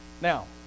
Now